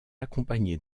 accompagnée